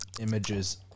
images